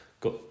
got